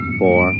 four